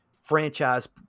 franchise